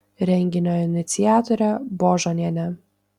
renginio iniciatorė božonienė